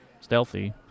stealthy